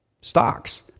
stocks